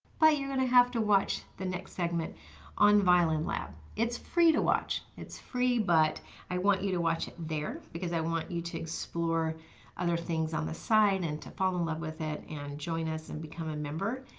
but you're going to have to watch the next segment on violin lab, it's free to watch, it's free, but i want you to watch it there because i want you to explore other things on the site and to fall in love with it and join us and become a member.